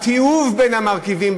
התיעוב בין המרכיבים,